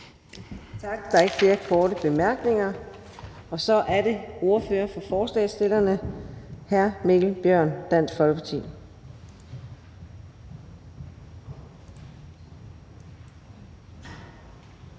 Tak. Der er ikke flere korte bemærkninger. Så er det ordføreren for forslagsstillerne, hr. Mikkel Bjørn, Dansk Folkeparti.